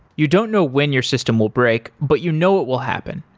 you don't know when your system will break, but you know it will happen.